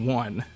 one